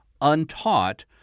untaught